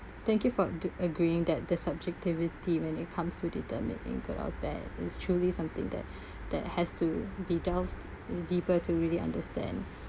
thank you for d~ agreeing that the subjectivity when it comes to determining good or bad is truly something that that has to be delved deeper to really understand